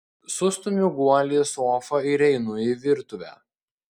sustumiu guolį į sofą ir einu į virtuvę